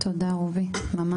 תודה רובי, ממש.